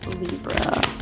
Libra